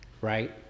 right